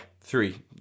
three